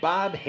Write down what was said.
Bob